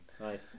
nice